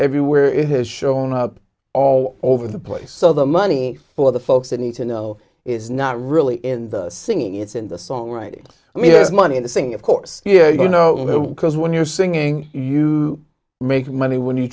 everywhere it has shown up all over the place so the money for the folks that need to know is not really in the singing it's in the songwriting i mean there's money in the singing of course yeah you know because when you're singing you make money when you